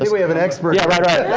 we have an expert. yeah, right, right.